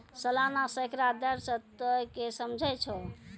सलाना सैकड़ा दर से तोंय की समझै छौं